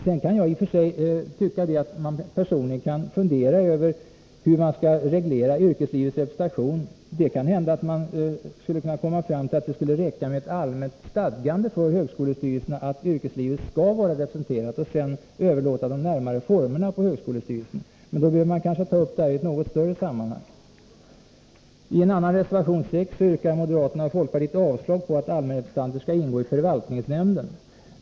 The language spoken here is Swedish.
Sedan kan jag personligen tycka att man kan fundera över hur man skall reglera yrkeslivets representation. Det kan hända att man skulle kunna komma fram till att det kan räcka med ett allmänt stadgande för högskolestyrelserna att yrkeslivet skall vara representerat och sedan överlåta de närmare formerna på högskolestyrelsen. Men då måste man kanske ta upp det i ett något större sammanhang. I reservation 6 yrkar moderaterna och folkpartiet avslag på att allmänrepresentanter skall ingå i förvaltningsnämnden.